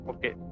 Okay